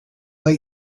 but